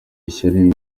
ishyari